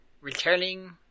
returning